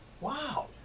Wow